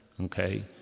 okay